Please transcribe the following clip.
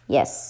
Yes